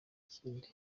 ikindi